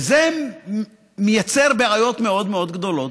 זה מייצר בעיות מאוד מאוד גדולות.